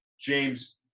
James